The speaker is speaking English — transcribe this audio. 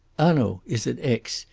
hanaud is at aix.